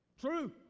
True